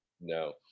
No